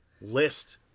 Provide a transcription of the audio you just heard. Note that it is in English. list